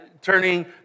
turning